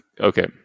okay